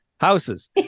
houses